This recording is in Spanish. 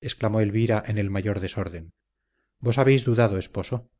exclamó elvira en el mayor desorden vos habéis dudado esposo